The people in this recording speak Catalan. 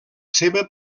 seva